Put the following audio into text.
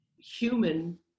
human